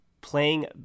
playing